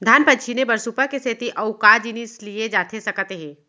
धान पछिने बर सुपा के सेती अऊ का जिनिस लिए जाथे सकत हे?